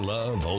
Love